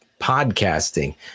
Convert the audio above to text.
podcasting